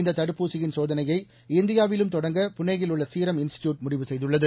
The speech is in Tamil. இந்த தடுப்பூசியின் சோதனையை இந்தியாவிலும் தொடங்க புனே யில் உள்ள சீரம் இன்ஸ்ட்டியூட் முடிவு செய்துள்ளது